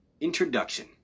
Introduction